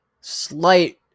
slight